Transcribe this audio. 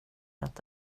att